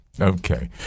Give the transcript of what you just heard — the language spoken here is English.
Okay